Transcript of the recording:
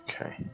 Okay